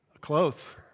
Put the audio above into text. Close